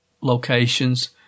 locations